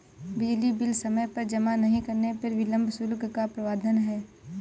बिजली बिल समय पर जमा नहीं करने पर विलम्ब शुल्क का प्रावधान है